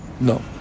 no